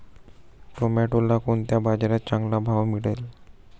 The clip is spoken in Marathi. टोमॅटोला कोणत्या बाजारात चांगला भाव मिळेल?